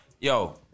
yo